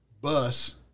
bus